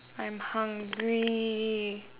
I'm hungry